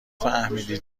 فهمیدی